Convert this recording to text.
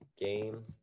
game